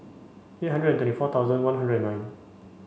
eight hundred and twenty four thousand one hundred and nine